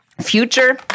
future